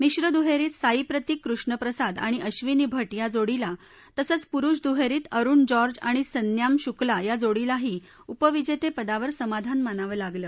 मिश्र दुहरींत साईप्रतिक कृष्णप्रसाद आणि अक्षिनी भट या जोडीला तसंच पुरुष दुहरीत अरुण जॉर्ज आणि सन्याम शुक्ला या जोडीलाही उपविजत्तपिदावर समाधान मानावं लागलं